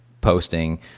posting